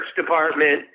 department